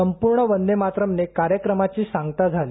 संपूर्ण वंदे मातरम् ने कार्यक्रमाची सांगता झाली